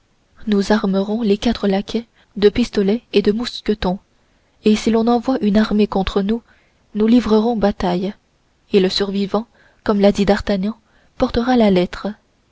nous armerons les quatre laquais de pistolets et de mousquetons si l'on envoie une armée contre nous nous livrerons bataille et le survivant comme l'a dit d'artagnan portera la lettre